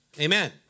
Amen